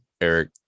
eric